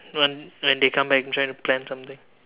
when when they come back I'm trying to plan something